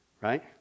Right